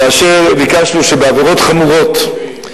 כאשר ביקשנו שבעבירות חמורות,